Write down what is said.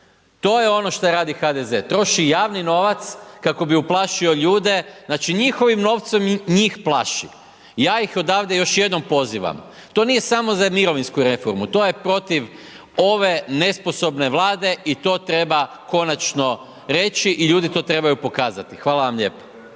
To je ono što radi HDZ, troši javni novac kako bi uplašio ljude, znači njihovim novcem njih plaši. Ja ih odavde još jednom pozivam, to nije samo sa mirovinsku reformu, to je protiv ove nesposobne Vlade i to treba konačno reći i ljudi to trebaju pokazati, hvala vam lijepo.